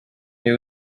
mais